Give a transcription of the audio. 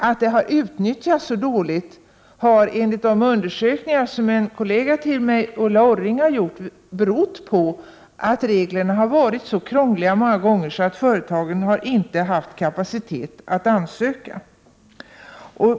Att det har varit ett så dåligt utnyttjande har, enligt en utredning som en kollega till mig, Ulla Orring, har gjort, berott på att reglerna ofta har varit så krångliga att företagen inte har haft kapacitet att ansöka.